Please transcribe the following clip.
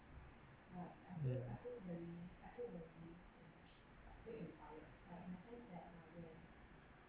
mm